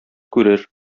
күрер